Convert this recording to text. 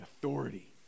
authority